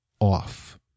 off